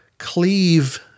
cleave